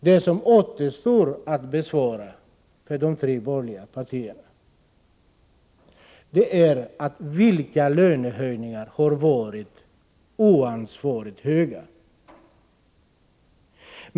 Den fråga som återstår för de tre borgerliga partierna att besvara är: Vilka lönehöjningar har varit oansvarigt stora?